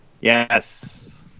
Yes